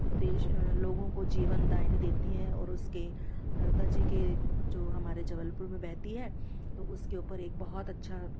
देश लोगों को जीवन दायिनी देती हैं और उसके नर्मदा जी के जो हमारे जबलपुर में बहती है तो उसके ऊपर एक बहुत अच्छा